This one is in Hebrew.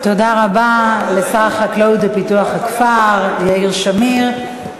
תודה רבה לשר החקלאות ופיתוח הכפר יאיר שמיר.